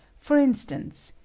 for instance,